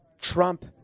Trump